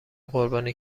قربانی